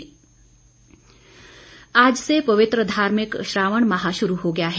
सावन आज से पवित्र धार्मिक श्रावण माह शुरू हो गया है